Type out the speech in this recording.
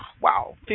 wow